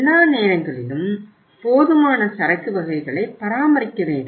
எல்லா நேரங்களிலும் போதுமான சரக்கு வகைகளை பராமரிக்க வேண்டும்